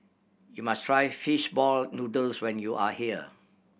you must try fish ball noodles when you are here